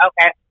okay